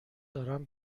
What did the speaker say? دارم